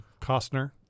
Costner